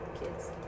Kids